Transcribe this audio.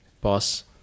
boss